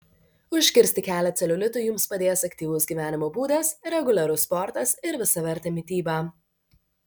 užkirsti kelią celiulitui jums padės aktyvus gyvenimo būdas reguliarus sportas ir visavertė mityba